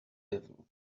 devil